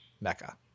Mecca